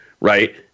right